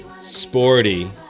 Sporty